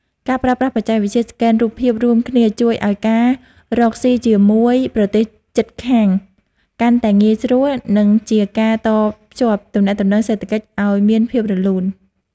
ការប្រើប្រាស់បច្ចេកវិទ្យាស្កេនរូបភាពរួមគ្នាជួយឱ្យការរកស៊ីជាមួយប្រទេសជិតខាងកាន់តែងាយស្រួល និងជាការតភ្ជាប់ទំនាក់ទំនងសេដ្ឋកិច្ចឱ្យមានភាពរលូន។